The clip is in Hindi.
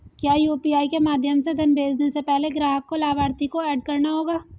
क्या यू.पी.आई के माध्यम से धन भेजने से पहले ग्राहक को लाभार्थी को एड करना होगा?